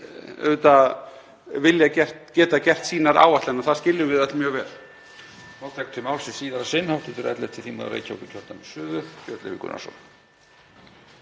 auðvitað geta gert sínar áætlanir og það skiljum við öll mjög vel.